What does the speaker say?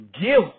give